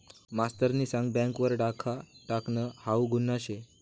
मास्तरनी सांग बँक वर डाखा टाकनं हाऊ गुन्हा शे